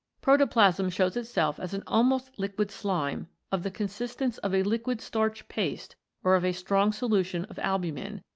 protoplasm shows itself as an almost liquid slime of the consistence of a liquid starch-paste or of a strong solution of albumin,